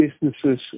businesses